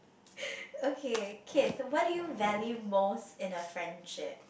okay Keith what do you value most in a friendship